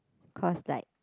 cause like